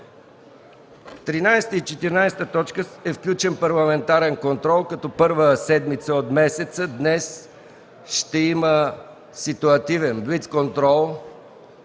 13 и 14 е включен парламентарен контрол. Като първа седмица от месеца днес ще има ситуативен блиц контрол,